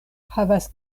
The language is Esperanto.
havas